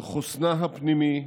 על חוסנה הפנימי,